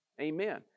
Amen